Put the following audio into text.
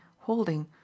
holding